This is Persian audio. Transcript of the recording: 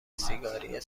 سیگاری